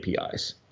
APIs